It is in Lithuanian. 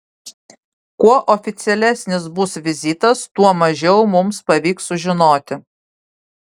kuo oficialesnis bus vizitas tuo mažiau mums pavyks sužinoti